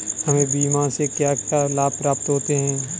हमें बीमा से क्या क्या लाभ प्राप्त होते हैं?